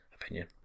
opinion